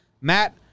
Matt